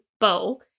bow